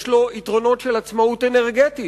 יש לו יתרונות של עצמאות אנרגטית.